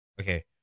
Okay